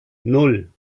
nan